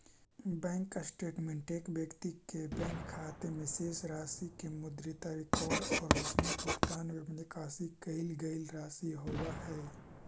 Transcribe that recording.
bank statement एक व्यक्ति के बैंक खाते में शेष राशि के मुद्रित रिकॉर्ड और उमें भुगतान एवं निकाशी कईल गई राशि होव हइ